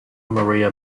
maria